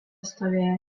stovėjo